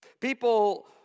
People